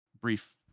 brief